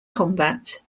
combat